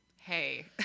hey